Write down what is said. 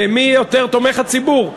במי הציבור תומך יותר?